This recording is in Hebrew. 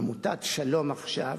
עמותת "שלום עכשיו,